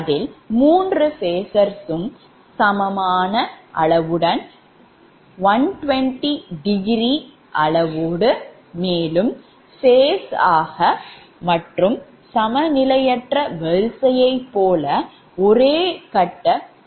அதில் மூன்று phasorsவும் சமமான அளவுடன் 120 டிகிரி in phase ஆக மற்றும் சமநிலையற்ற வரிசையை போல ஒரே கட்ட வரிசை யில் இருக்கும்